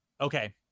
okay